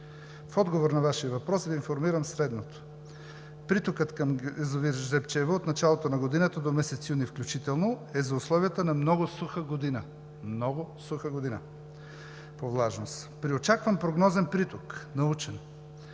В отговор на Вашия въпрос Ви информирам следното: Притокът към язовир „Жребчево“ от началото на годината до месец юни включително е за условията на много суха година – много суха година, по влажност. При очакван прогнозен приток – научен,